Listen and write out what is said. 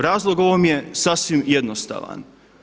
Razlog ovom je sasvim jednostavan.